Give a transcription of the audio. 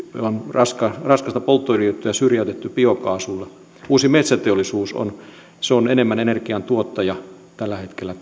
raskasta raskasta polttoöljyä on syrjäytetty biokaasulla uusi metsäteollisuus on enemmän energian tuottaja tällä hetkellä